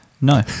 No